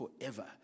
forever